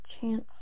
chance